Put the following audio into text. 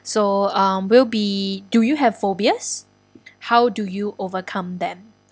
so um will be do you have phobias how do you overcome them